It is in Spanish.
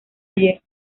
ayer